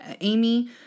Amy